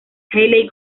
hayley